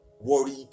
worried